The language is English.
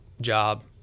job